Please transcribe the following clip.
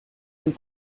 and